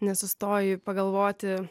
nesustoji pagalvoti